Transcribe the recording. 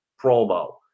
promo